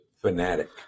fanatic